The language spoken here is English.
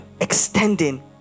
extending